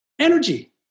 energy